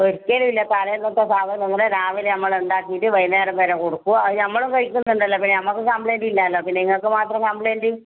ഒരിക്കലും ഇല്ലാ തലേന്നത്തെ സാധനം നമ്മൾ രാവിലെ നമ്മൾ ഉണ്ടാക്കിട്ട് വൈകുന്നേരം വരെ കൊടുക്കും അത് നമ്മളും കഴിക്കുന്നുണ്ടല്ലോ പിന്നെ നമുക്കും കംപ്ളേയിന്റ് ഇല്ലല്ലോ പിന്നെ നിങ്ങൾക്ക് മാത്രം കംപ്ളേയിന്റ്